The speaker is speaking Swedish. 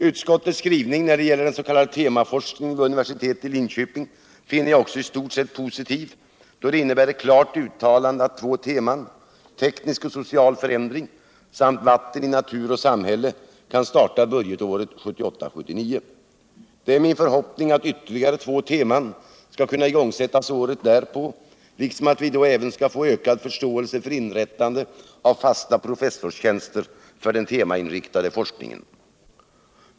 Utskottets skrivning när det gäller den s.k. temaforskningen vid universitetet i Linköping finner jag också i stort sett positiv, då den innebär ett klart uttalande om att två teman — Teknisk och social förändring samt Vatten i natur och samhälle — kan starta budgetåret 1978/79. Det är min förhoppning att ytterligare två teman skall kunna igångsättas året därpå liksom att vi då även skall få en ökad förståelse för inrättandet av fasta professorstjänster för den temainriktade forskningen.